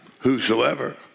whosoever